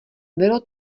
bylo